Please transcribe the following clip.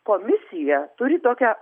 komisija turi tokią